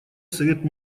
совет